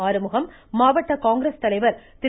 ஆறுமுகம் மாவட்ட காங்கிரஸ் தலைவர் திரு